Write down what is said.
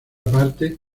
parte